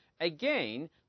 again